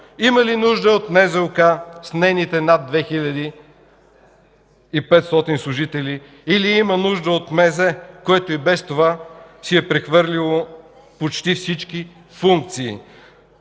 изобщо нужда от НЗОК с нейните над 2500 служители, или има нужда от МЗ, което и без това си е прехвърлило почти всички функции?